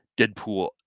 Deadpool